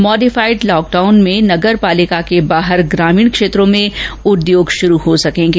modified lockdown में नगरपालिका के बाहर ग्रामीण क्षेत्रों में उद्योग शरू हो सकेंगें